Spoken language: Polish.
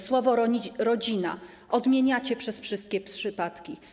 Słowo „rodzina” odmieniacie przez wszystkie przypadki.